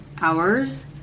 hours